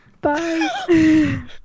Bye